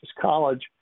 college